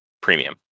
premium